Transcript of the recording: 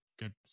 good